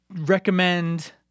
recommend